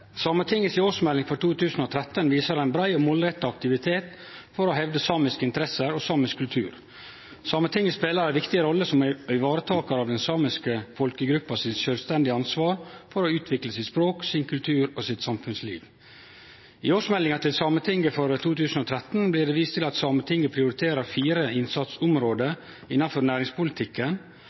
Sametinget si årsmelding for 2013 viser ein brei og målretta aktivitet for å hevde samiske interesser og samisk kultur. Sametinget speler ei viktig rolle som varetakar av den samiske folkegruppa sitt sjølvstendige ansvar for å utvikle sitt språk, sin kultur og sitt samfunnsliv. I årsmeldinga til Sametinget for 2013 blir det vist til at Sametinget prioriterer fire innsatsområde innanfor næringspolitikken.